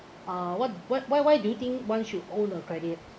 uh what what why why do think once you own a credit